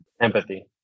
Empathy